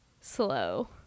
slow